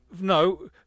No